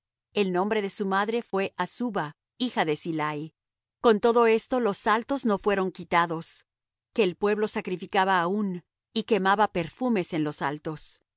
el nombre de su madre fué azuba hija de silai con todo eso los altos no fueron quitados que el pueblo sacrificaba aun y quemaba perfumes en los altos